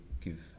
give